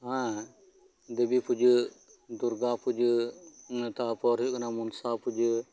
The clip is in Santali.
ᱦᱮᱸ ᱫᱮᱵᱤ ᱯᱩᱡᱟᱹ ᱫᱩᱨᱜᱟ ᱯᱩᱡᱟᱹ ᱛᱟᱯᱚᱨ ᱦᱩᱭᱩᱜ ᱠᱟᱱᱟ ᱢᱚᱱᱥᱟ ᱯᱩᱡᱟᱹ